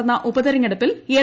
നടന്ന ഉപതെരഞ്ഞെടുപ്പിൽ എൽ